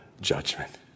judgment